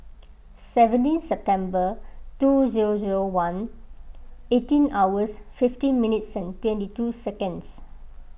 seventeen September two zero zero one eighteen hours fifteen minutes twenty two seconds